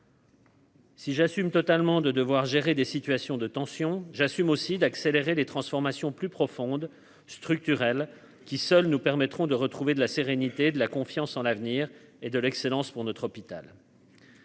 Si j'assume totalement de devoir gérer des situations de tension j'assume aussi d'accélérer les transformations plus profondes, structurelles qui, seules, nous permettront de retrouver de la sérénité de la confiance en l'avenir et de l'excellence pour notre hôpital.